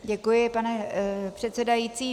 Děkuji, pane předsedající.